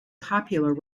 popular